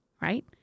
Right